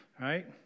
right